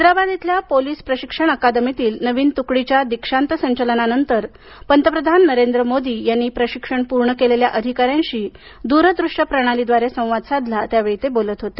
हैद्राबाद इथल्या पोलीस प्रशिक्षण अकादमीतील नवीन तुकडीच्या दीक्षान्त संचलनानंतर पंतप्रधान नरेंद्र मोदी यांनी प्रशिक्षण पूर्ण केलेल्या अधिकाऱ्यांशी दूरदृश्य प्रणालीद्वारे संवाद साधला त्यावेळी ते बोलत होते